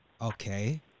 okay